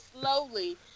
slowly